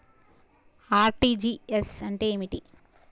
RTGS అంటే ఏమిటి?